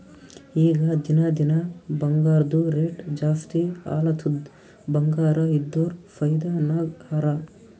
ಈಗ ದಿನಾ ದಿನಾ ಬಂಗಾರ್ದು ರೇಟ್ ಜಾಸ್ತಿ ಆಲತ್ತುದ್ ಬಂಗಾರ ಇದ್ದೋರ್ ಫೈದಾ ನಾಗ್ ಹರಾ